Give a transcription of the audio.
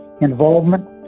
involvement